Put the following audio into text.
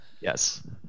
Yes